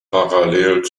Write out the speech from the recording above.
parallel